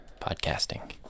podcasting